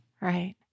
Right